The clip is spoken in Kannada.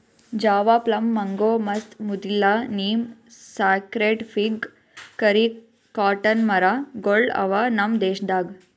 ಜಾವಾ ಪ್ಲಮ್, ಮಂಗೋ, ಮಸ್ತ್, ಮುದಿಲ್ಲ, neem, sacred fig, curry, cotton ಮರ ಗೊಳ್ ಅವಾ ನಮ್ ದೇಶದಾಗ್